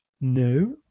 No